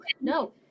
no